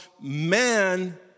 man